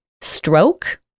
stroke